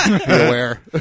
aware